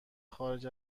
خارج